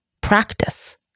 practice